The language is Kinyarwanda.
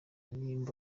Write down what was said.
nimba